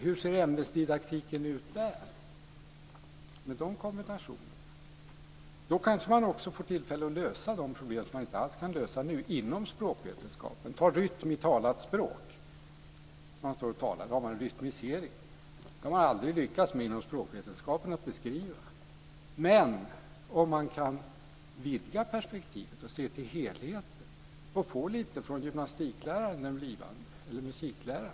Hur ser ämnesdidaktiken ut med dessa kombinationer? Då kanske man får tillfälle att lösa de problem som man inte alls kan lösa nu inom språkvetenskapen. Ta rytmen i ett talat språk! Det finns en rytmisering. Man har aldrig lyckats med att beskriva det inom språkvetenskapen. Men man kan vidga perspektivet och se till helheten och få lite kunskap från den blivande gymnastikläraren eller den blivande musikläraren.